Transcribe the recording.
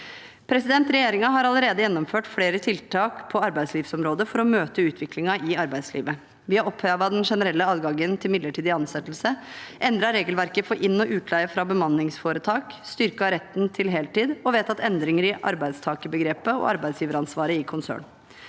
om dem. Regjeringen har allerede gjennomført flere tiltak på arbeidslivsområdet for å møte utviklingen i arbeidslivet. Vi har opphevet den generelle adgangen til midlertidig ansettelse, endret regelverket for inn- og utleie fra bemanningsforetak, styrket retten til heltid og vedtatt endringer i arbeidstakerbegrepet og arbeidsgiveransvaret i konsern.